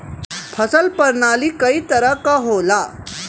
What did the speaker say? फसल परनाली कई तरह क होला